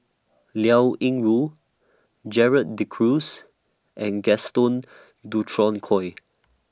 Liao Yingru Gerald De Cruz and Gaston Dutronquoy